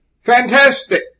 fantastic